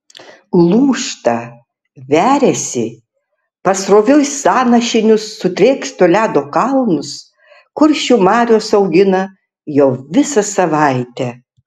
lūžta veriasi pasroviui sąnašinius sutrėkšto ledo kalnus kuršių marios augina jau visą savaitę